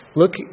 look